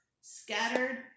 scattered